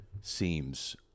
seems